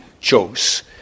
chose